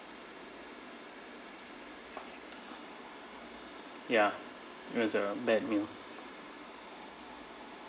ya it was a bad meal